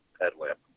headlamp